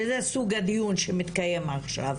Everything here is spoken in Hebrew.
שזה סוג הדיון שמתקיים עכשיו,